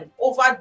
over